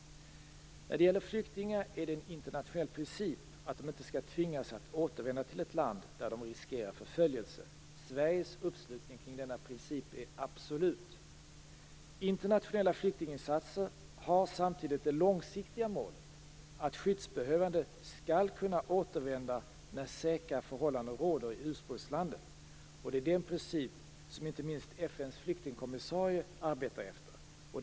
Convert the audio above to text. När det gäller flyktingar är det en internationell princip att de inte skall tvingas att återvända till ett land där de riskerar förföljelse. Sveriges uppslutning kring denna princip är absolut. Internationella flyktinginsatser har samtidigt det långsiktiga målet att skyddsbehövande skall kunna återvända när säkra förhållanden råder i ursprungslandet. Det är den princip som inte minst FN:s flyktingkommissarie, UNHCR, arbetar efter.